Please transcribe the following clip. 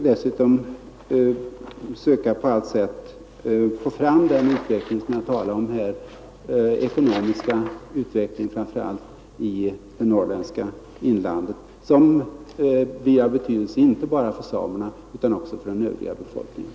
Dessutom måste vi försöka åstadkomma den framför allt ekonomiska utveckling för det norrländska inlandet som jag talade om och som blir av betydelse inte bara för samerna utan också för den övriga befolkningen.